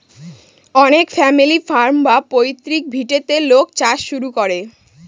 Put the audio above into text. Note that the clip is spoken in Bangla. অনেক ফ্যামিলি ফার্ম বা পৈতৃক ভিটেতে লোক চাষ শুরু করে